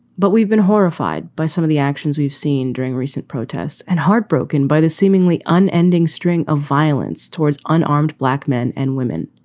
but we've been horrified by some of the actions we've seen during recent protests and heartbroken by the seemingly unending string of violence towards unarmed black men and women.